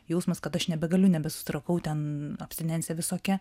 jausmas kad aš nebegaliu nebesusitvarkau ten abstinencija visokia